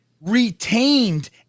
retained